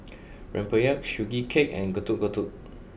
Rempeyek Sugee Cake and Getuk Getuk